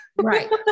Right